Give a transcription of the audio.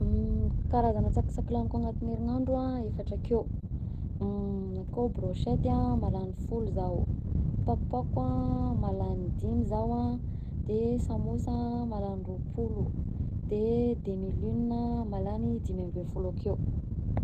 Karazana tsakitsaky lagniko agnatin'ny herignandro a efatra akeo: akao brochetty a mahalany folo zaho, pakopako a mahalany dimy zaho a, de samôsa a mahalany roapolo, de demi-lune mahalany dimy amby folo akeo.